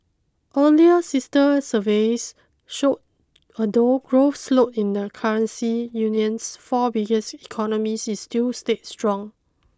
earlier sister surveys showed although growth slowed in the currency union's four biggest economies it still stayed strong